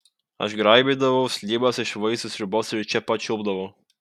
aš graibydavau slyvas iš vaisių sriubos ir čia pat čiulpdavau